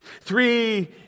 Three